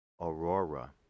Aurora